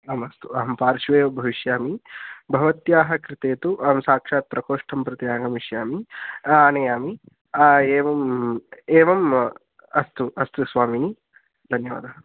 आम् अस्तु अहं पार्श्वे भविष्यामि भवत्याः कृते तु अहं साक्षात् प्रकोष्टं प्रति आगमिष्यामि आनयामि एवम् एवम् अस्तु अस्तु स्वामिनि धन्यवादः